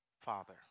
Father